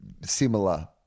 similar